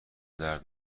درد